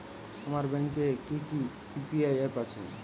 আপনার ব্যাংকের কি কি ইউ.পি.আই অ্যাপ আছে?